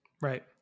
Right